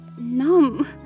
numb